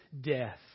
death